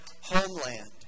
homeland